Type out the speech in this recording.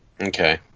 Okay